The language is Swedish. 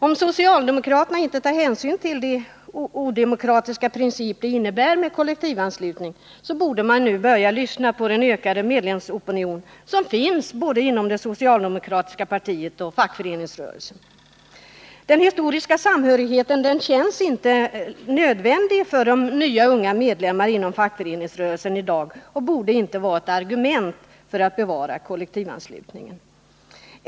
Om socialdemokraterna inte vill ta hänsyn till att kollektivanslutning innebär en odemokratisk princip, borde de börja lyssna till den ökande medlemsopinion som finns både inom det socialdemokratiska partiet och inom fackföreningsrörelsen. Den historiska samhörigheten känns i dag inte nödvändig för de unga medlemmarna i fackföreningsrörelsen och borde inte vara ett argument för att bevara kollektivanslutningen.